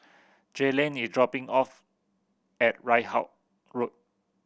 Jaylen is dropping off at Ridout Road